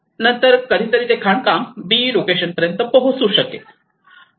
नंतर कधीतरी ते खाणकाम 'बी' लोकेशन पर्यंत पोहोचू शकेल